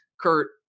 Kurt